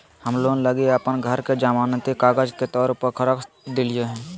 हम लोन लगी अप्पन घर के जमानती कागजात के तौर पर रख देलिओ हें